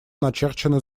начерчена